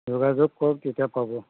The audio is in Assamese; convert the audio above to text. যোগাযোগ কৰক তেতিয়া পাব